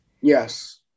yes